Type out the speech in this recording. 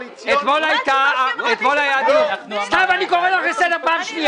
--- סתיו, אני קורא אותך לסדר פעם שנייה.